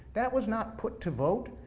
that was not put to vote,